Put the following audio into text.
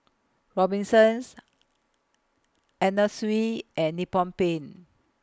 Robinsons Anna Sui and Nippon Paint